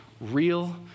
real